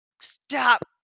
stop